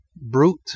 brute